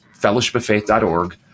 fellowshipoffaith.org